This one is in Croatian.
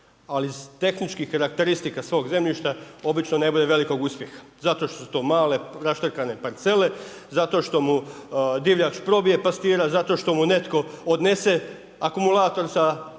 ali iz tehničkih karakteristika svog zemljišta obično ne bude velikog uspjeha zato što su to male raštrkane parcele, zato što mu divljač probije pastira, zato što mu netko odnese akumulator sa